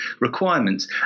requirements